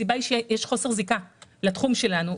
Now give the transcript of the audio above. הסיבה היא שיש חוסר זיקה שלהם לתחום שלנו.